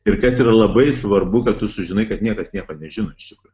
ir kas yra labai svarbu kad tu sužinai kad niekas nieko nieko nežino iš tikrųjų